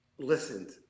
Listened